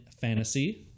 Fantasy